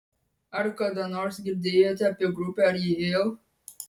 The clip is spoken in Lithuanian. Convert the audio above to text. ar kada nors girdėjote apie grupę ariel